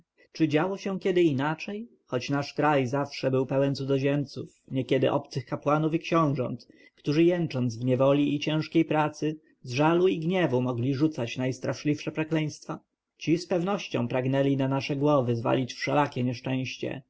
czy działo się kiedy inaczej choć nasz kraj zawsze był pełen cudzoziemców niekiedy obcych kapłanów i książąt którzy jęcząc w niewoli i ciężkiej pracy z żalu i gniewu mogli rzucać najstraszliwsze przekleństwa ci z pewnością pragnęli na nasze głowy zwalić wszelakie nieszczęścia